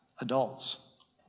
adults